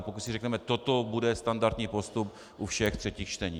Pokud si řekneme: toto bude standardní postup u všech třetích čtení.